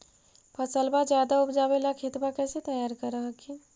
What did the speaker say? फसलबा ज्यादा उपजाबे ला खेतबा कैसे तैयार कर हखिन?